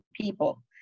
people